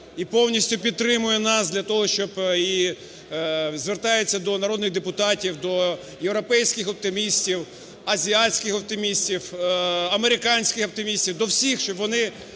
і повністю підтримує нас для того, щоб і звертається до народних депутатів, до європейських оптимістів, азіатських оптимістів, американських оптимістів, до всіх, щоб вони